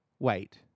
Wait